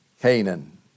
Canaan